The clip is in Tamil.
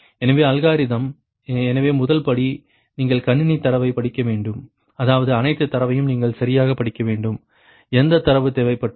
எனவே அல்காரிதம் எனவே முதல் படி நீங்கள் கணினி தரவைப் படிக்க வேண்டும் அதாவது அனைத்து தரவையும் நீங்கள் சரியாகப் படிக்க வேண்டும் எந்த தரவு தேவைப்பட்டாலும்